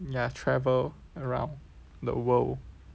ya travel around the world